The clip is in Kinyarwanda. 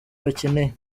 bakeneye